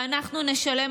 ואנחנו נשלם,